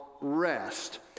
rest